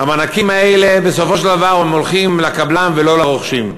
המענקים האלה בסופו של דבר הולכים לקבלן ולא לרוכשים.